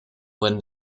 when